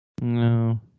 No